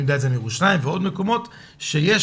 אני יודע את זה מירושלים ועוד מקומות שיש